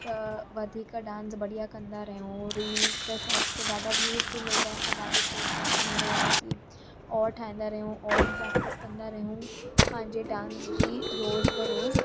त वधीक डांस बढ़िया कंदा रहूं ऐं रील्स ते शॉट्स ते ॾाढा व्यूज बि मिलंदा आहिनि त ॾाढो प्रोत्साहन मिलंदो आहे कि और ठाहींदा रहूं और प्रैक्टिस कंदा रहूं पंहिंजे डांस जी रोज़ु बि रोज़ु